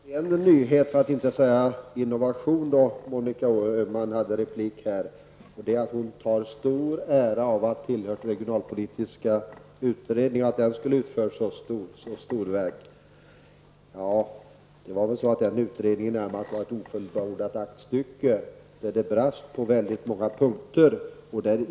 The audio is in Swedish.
Herr talman! Jag får ändå notera en nyhet, för att inte säga innovation, i Monica Öhmans replik. Hon tar stor ära av att ha tillhört regionalpolitiska utredningen och anser att den skulle ha utfört ett sådant storverk. Den utredningen var väl närmast ett ofullbordat aktstycke, där det brast på väldigt många punkter.